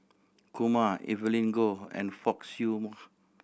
Kumar Evelyn Goh and Fock Siew